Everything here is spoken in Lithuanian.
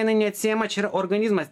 jinai neatsiejama čia yra organizmas